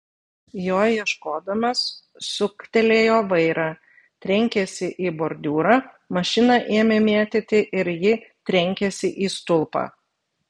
jo ieškodamas suktelėjo vairą trenkėsi į bordiūrą mašiną ėmė mėtyti ir ji trenkėsi į stulpą